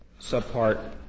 subpart